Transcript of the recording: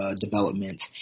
development